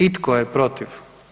I tko je protiv?